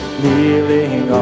kneeling